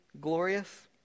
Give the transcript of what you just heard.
glorious